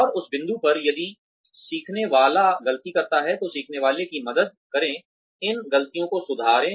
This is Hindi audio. और उस बिंदु पर यदि सीखने वाला गलती करता है तो सीखने वाले की मदद करें इन ग़लतियों को सुधारें